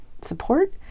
support